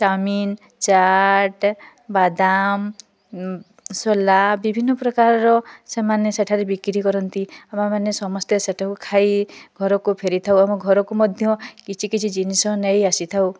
chowmein chaat ବାଦାମ ଉଁ ଛୋଲା ବିଭିନ୍ନ ପ୍ରକାରର ସେମାନେ ସେଠାରେ ବିକ୍ରି କରନ୍ତି ଆମେ ମାନେ ସମସ୍ତେ ସେଇଟାକୁ ଖାଇ ଘରକୁ ଫେରିଥାଉ ଆମେ ଘରକୁ ମଧ୍ୟ କିଛି କିଛି ଜିନିଷ ନେଇ ଆସି ଥାଉ